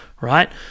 right